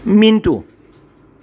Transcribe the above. Mintu